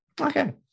Okay